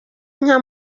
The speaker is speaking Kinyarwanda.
inka